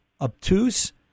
obtuse